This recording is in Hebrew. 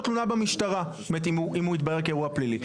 תלונה במשטרה אם הוא יתברר כאירוע פלילי.